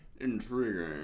Intriguing